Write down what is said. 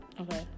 Okay